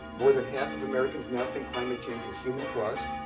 more than half of americans now think climate change is human caused.